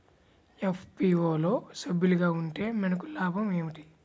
FPO లో సభ్యులుగా ఉంటే మనకు లాభం ఏమిటి?